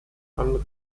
andere